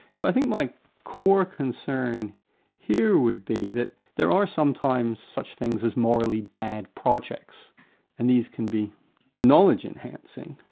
but i think my core concern here would be that there are sometimes such things as morally bad projects and these can be knowledge enhancing.